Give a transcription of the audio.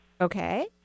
Okay